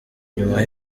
nyuma